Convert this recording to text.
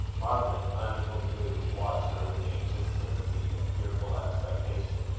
margaret, unable to move, watched her with anxious sympathy and fearful expectation.